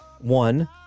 One